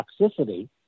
toxicity